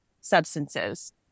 substances